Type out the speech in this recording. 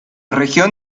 región